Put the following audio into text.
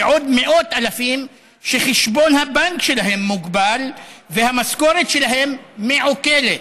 ועוד מאות אלפים שחשבון הבנק שלהם הוגבל והמשכורת שלהם מעוקלת.